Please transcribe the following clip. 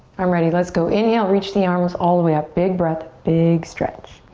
i'm ready. let's go. inhale, reach the arms all the way up. big breath, big stretch.